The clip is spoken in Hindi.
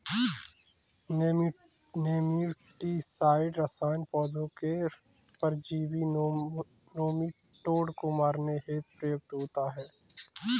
नेमेटीसाइड रसायन पौधों के परजीवी नोमीटोड को मारने हेतु प्रयुक्त होता है